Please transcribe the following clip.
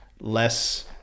less